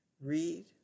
read